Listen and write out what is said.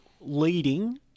leading